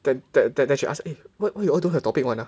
that that that that then she ask eh why you all don't have topic [one] !huh!